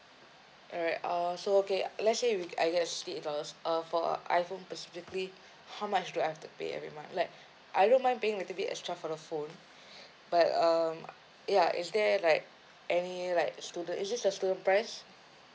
alright uh so okay let's say we I just state first uh for iPhone specifically how much do I have to pay every month like like I don't mind paying a little bit extra for the phone but um ya is there like any like student is just a student price